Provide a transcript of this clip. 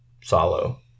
Solo